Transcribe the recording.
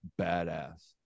badass